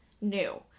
new